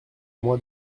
mois